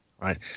Right